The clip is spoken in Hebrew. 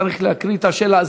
צריך להקריא את השאלה.